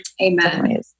Amen